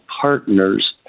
partners